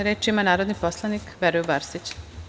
Reč ima narodni poslanik Veroljub Arsić.